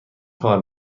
کار